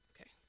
Okay